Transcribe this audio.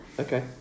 Okay